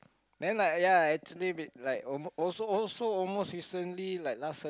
then like ya actually bi~ like a~ also also almost recently like last Saturday